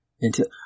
until-